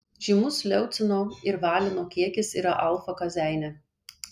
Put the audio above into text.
žymus leucino ir valino kiekis yra alfa kazeine